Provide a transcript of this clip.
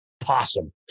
Possum